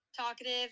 talkative